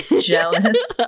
Jealous